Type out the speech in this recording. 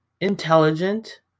Intelligent